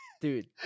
Dude